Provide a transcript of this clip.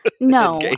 no